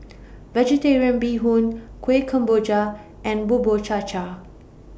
Vegetarian Bee Hoon Kueh Kemboja and Bubur Cha Cha